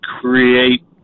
create